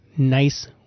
Nice